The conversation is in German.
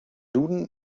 duden